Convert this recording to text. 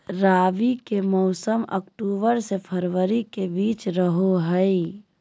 रबी के मौसम अक्टूबर से फरवरी के बीच रहो हइ